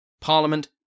Parliament